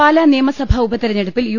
പാലാ നിയമസഭാ ഉപതിരഞ്ഞെടുപ്പിൽ യു